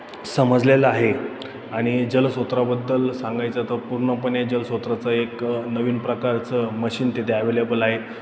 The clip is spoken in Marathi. समजलेलं आहे आणि जलस्रोताबद्दल सांगायचं तर पूर्णपणे जलस्रोताचं एक नवीन प्रकारचं मशीन तिथे ॲवेलेबल आहे